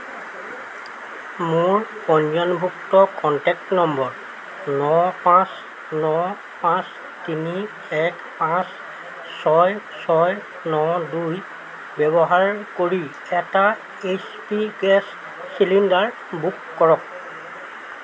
মোৰ পঞ্জীয়নভুক্ত contact number ন পাঁচ ন পাঁচ তিনি এক পাঁচ ছয় ছয় ন দুই ব্যৱহাৰ কৰি এটা H P gas cylinder book কৰক